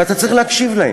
ואתה צריך להקשיב להם.